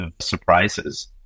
surprises